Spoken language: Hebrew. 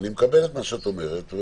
אני מקבל את מה שאת אומרת.